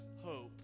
hope